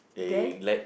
then